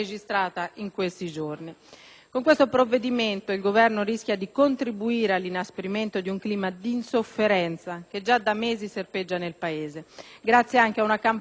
Con questo provvedimento il Governo rischia di contribuire all'inasprimento di un clima di insofferenza che già da mesi serpeggia nel Paese (grazie anche ad una campagna elettorale scellerata)